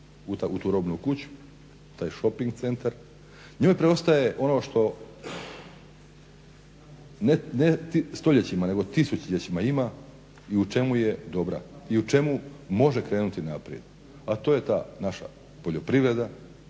u tu robnu kuću, taj šoping centar njoj preostaje ono što ne stoljećima nego tisućljećima ima i u čemu je dobra, i u čemu može krenuti naprijed a to je ta naša poljoprivreda